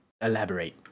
Elaborate